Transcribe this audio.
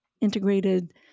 integrated